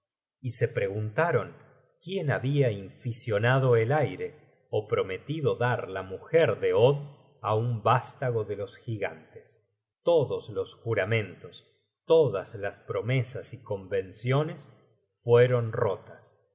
y se preguntaron quién babia inficionado el aire ó prometido dar la mujer de od á un vástago de los gigantes todos los juramentos todas las promesas y convenciones fueron rotas